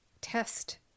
test